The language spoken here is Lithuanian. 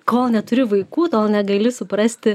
kol neturi vaikų tol negali suprasti